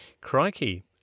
Crikey